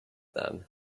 them